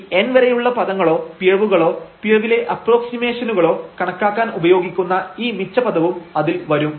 ഈ n വരെയുള്ള പദങ്ങളോ പിഴവുകളോ പിഴവിലെ അപ്പ്രോക്സിമേഷനുകളോ കണക്കാക്കാൻ ഉപയോഗിക്കുന്ന ഈ മിച്ച പദവും അതിൽ വരും